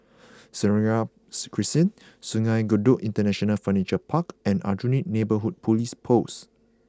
Seraya Crescent Sungei Kadut International Furniture Park and Aljunied Neighbourhood Police Post